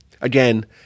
Again